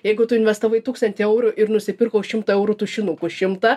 jeigu tu investavai tūkstantį eurų ir nusipirko už šimtą eurų tušinukų šimtą